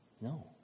No